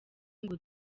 ngo